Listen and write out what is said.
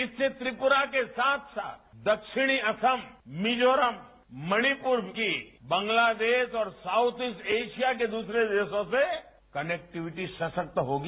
इससे त्रिपुरा को साथ साथ दक्षिणी असम मिजोरम मणिपुर की बांग्लागदेश और साउथ ईस्ट एशिया के दूसरे देशों से कनेक्टिविटी सशक्तस होगी